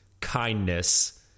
kindness